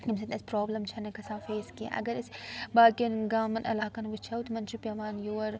ییٚمہِ سۭتۍ اسہِ پرٛابلِم چھَنہٕ گژھان فیس کیٚنٛہہ اگر أسۍ باقیَن گامَن علاقَن وُچھو تِمَن چھُ پیٚوان یور